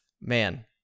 man